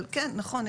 נכון,